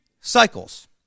cycles